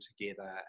together